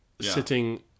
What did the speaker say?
sitting